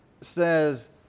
says